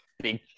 Big